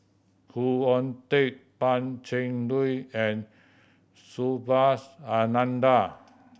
Khoo Oon Teik Pan Cheng Lui and Subhas Anandan